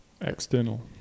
external